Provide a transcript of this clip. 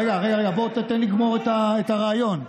רגע, תן לי לגמור את הרעיון.